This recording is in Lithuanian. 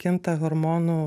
kinta hormonų